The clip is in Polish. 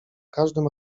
każdym